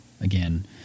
again